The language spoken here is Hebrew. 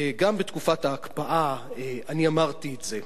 וגם בתקופת ההקפאה אני אמרתי את זה,